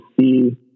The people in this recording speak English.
see